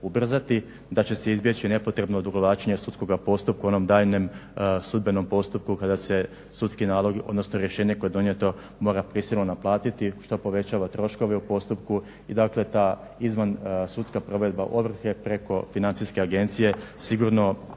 da će se izbjeći nepotrebno odugovlačenje sudskoga postupka u onom daljnjem sudbenom postupku kada se sudski nalog, odnosno rješenje koje je donijeto mora prisilno naplatiti što povećava troškove u postupku. Dakle, ta izvan sudska provedba ovrhe preko Financijske agencije sigurno